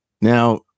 Now